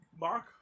Mark